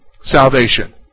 salvation